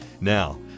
Now